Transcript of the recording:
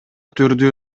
түрдүү